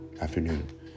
afternoon